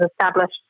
established